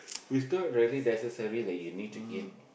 is not really necessary that you need to eat